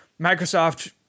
Microsoft